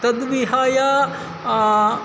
तद्विहाय